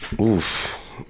Oof